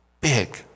big